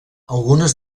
algunes